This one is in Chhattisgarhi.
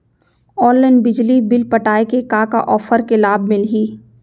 ऑनलाइन बिजली बिल पटाय ले का का ऑफ़र के लाभ मिलही?